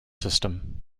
system